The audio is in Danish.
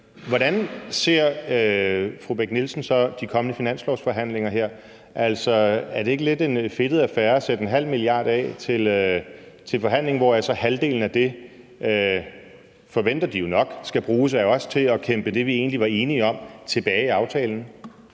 Hvordan ser fru Lisbeth Bech-Nielsen så de kommende finanslovsforhandlinger her? Altså, er det ikke lidt en fedtet affære at sætte en halv milliard af til forhandlingen, hvoraf halvdelen så – forventer de jo nok – skal bruges af os til at kæmpe det, vi egentlig var enige om, tilbage i aftalen?